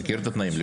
הוא מכיר את התנאים.